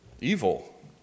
evil